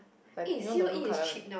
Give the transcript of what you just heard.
like you know the blue colour one